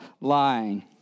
lying